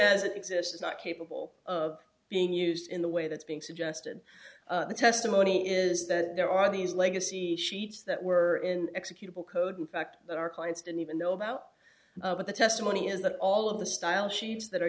it exists is not capable of being used in the way that's being suggested the testimony is that there are these legacy sheets that were in executable code in fact that our clients don't even know about but the testimony is that all of the style sheets that are